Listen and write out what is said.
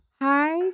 hi